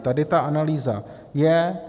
Tady ta analýza je.